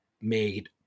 made